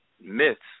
myths